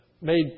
made